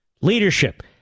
Leadership